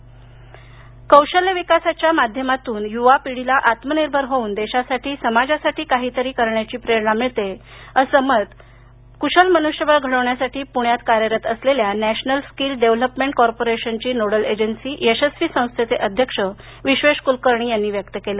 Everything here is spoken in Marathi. कौशल्य दिन कौशल्य विकासाच्या माधमातून युवापिढीला आत्मनिर्भर होऊन देशासाठी समाजासाठी काहीतरी काहीतरी करण्याची प्रेरणा मिळते असं मत कुशल मनुष्यबळ घडवण्यासाठी पुण्यात कार्यरत असलेल्या नॅशनल स्किल डेव्हलपमेंट कॉर्पोरेशनची नोडल एजन्सी यशस्वी संस्थेचे अध्यक्ष विश्वेश कुलकर्णी यांनी व्यक्त केल